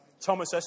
Thomas